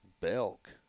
Belk